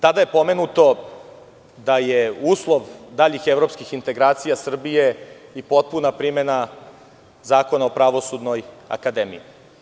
Tada je pomenuto da je uslov daljih evropskih integracija Srbije i potpuna primena Zakona o Pravosudnoj akademiji.